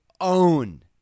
own